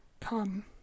come